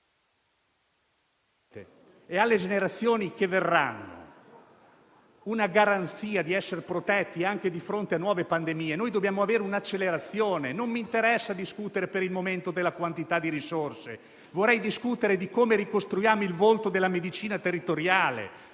e alle generazioni che verranno una protezione di fronte a nuove pandemie, noi dobbiamo avere un'accelerazione. Non mi interessa discutere per il momento della quantità di risorse; vorrei discutere di come ricostruiamo il volto della medicina territoriale,